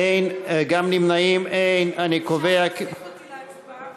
אין, גם נמנעים אין, אפשר להוסיף אותי להצבעה?